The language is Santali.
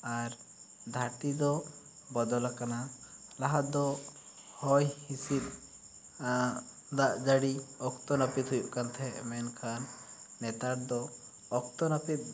ᱟᱨ ᱫᱷᱟ ᱨᱛᱤ ᱫᱚ ᱵᱚᱫᱚᱞ ᱟᱠᱟᱱᱟ ᱞᱟᱦᱟ ᱫᱚ ᱦᱚᱭ ᱦᱤᱥᱤᱫ ᱫᱟᱜ ᱡᱟᱹᱲᱤ ᱚᱠᱛᱚ ᱱᱟᱹᱯᱤᱛ ᱦᱩᱭᱩᱜ ᱠᱟᱱ ᱛᱟᱦᱮᱸᱜ ᱢᱮᱱᱠᱷᱟᱱ ᱱᱮᱛᱟᱨ ᱫᱚ ᱚᱠᱛᱚ ᱱᱟᱹᱯᱤᱛ